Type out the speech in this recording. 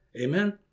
Amen